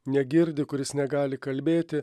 negirdi kuris negali kalbėti